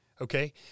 okay